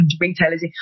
retailers